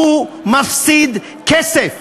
הוא מפסיד כסף.